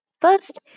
First